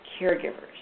caregivers